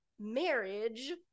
marriage